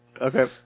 Okay